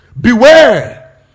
beware